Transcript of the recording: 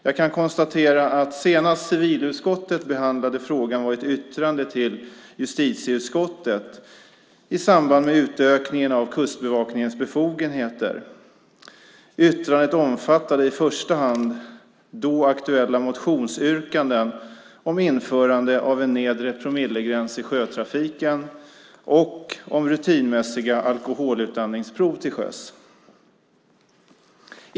Jag kan konstatera att senast civilutskottet behandlade frågan var i ett yttrande till justitieutskottet i samband med utökningen av Kustbevakningens befogenheter. Yttrandet omfattade i första hand då aktuella motionsyrkanden om införande av en nedre promillegräns i sjötrafiken och om rutinmässiga alkoholutandningsprov till sjöss.